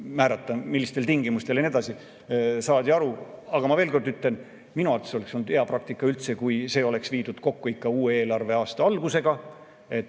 määrata, millistel tingimustel jne. Saadi aru. Aga ma veel kord ütlen, et minu arvates oleks olnud hea praktika, kui see oleks viidud kokku uue eelarveaasta algusega ja